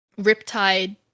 riptide